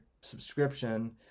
subscription